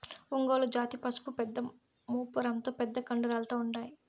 ఒంగోలు జాతి పసులు పెద్ద మూపురంతో పెద్ద కండరాలతో ఉంటాయి